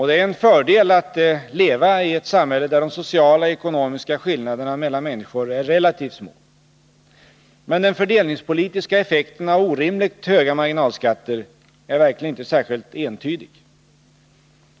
Det är en fördel att leva i ett samhälle, där de sociala och ekonomiska skillnaderna mellan människor är relativt små. Men den fördelningspolitiska effekten av orimligt höga marginalskatter är verkligen inte särskilt entydig.